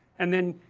and then,